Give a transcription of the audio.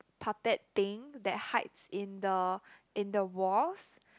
puppet thing that hides in the in the walls